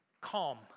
calm